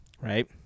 right